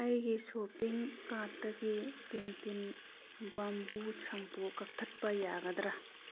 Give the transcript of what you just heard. ꯑꯩꯒꯤ ꯁꯣꯞꯄꯤꯡ ꯀꯥꯔ꯭ꯗꯇꯒꯤ ꯄꯦꯟꯇꯤꯟ ꯕꯝꯕꯨ ꯁꯝꯄꯨ ꯀꯛꯊꯠꯄ ꯌꯥꯒꯗ꯭ꯔ